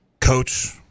coach